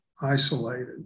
isolated